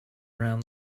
around